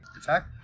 attack